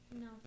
No